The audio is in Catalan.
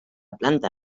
planta